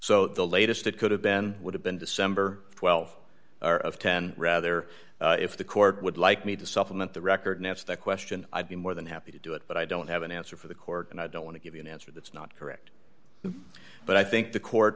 so the latest it could have been would have been december th or of ten rather if the court would like me to supplement the record that's the question i'd be more than happy to do it but i don't have an answer for the court and i don't want to give you an answer that's not correct but i think the court